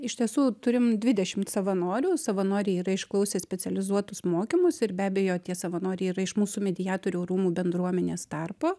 iš tiesų turim dvidešimt savanorių savanoriai yra išklausę specializuotus mokymus ir be abejo tie savanoriai yra iš mūsų mediatorių rūmų bendruomenės tarpo